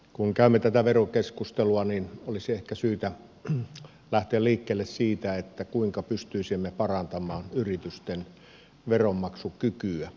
kun käymme tätä verokeskustelua niin olisi ehkä syytä lähteä liikkeelle siitä kuinka pystyisimme parantamaan yritysten veronmaksukykyä